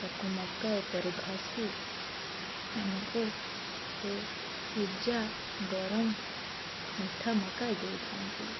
ତାକୁ ମକା ଉପରେ ଘଷି ଆମକୁ ସେ ସିଝା ଗରମ ମିଠା ମକା ଦେଇଥାନ୍ତି